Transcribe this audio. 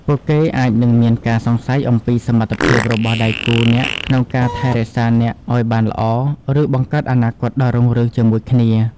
ពួកគេអាចនឹងមានការសង្ស័យអំពីសមត្ថភាពរបស់ដៃគូអ្នកក្នុងការថែរក្សាអ្នកឲ្យបានល្អ ឬបង្កើតអនាគតដ៏រុងរឿងជាមួយគ្នា។